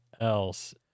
else